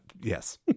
yes